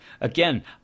again